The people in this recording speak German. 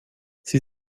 sie